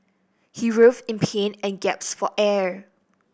he writhed in pain and gasped for air